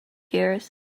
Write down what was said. gears